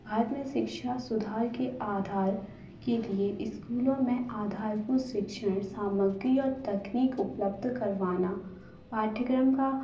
भारत में शिक्षा सुधार के आधार के लिए स्कूलों में आधारभूत शिक्षण सामग्री और तकनीक उपलब्ध करवाना पाठ्यक्रम का